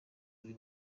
kuri